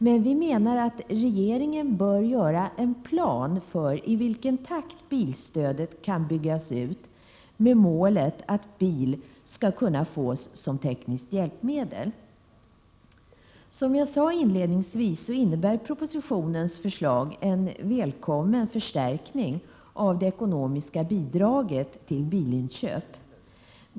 Men vi menar att regeringen bör göra en plan för i vilken takt bilstödet kan byggas ut, med målet att bil skall kunna fås som tekniskt hjälpmedel. Som jag sade inledningsvis innebär förslaget i propositionen en välkommen förstärkning av det ekonomiska bidraget till bilinköp.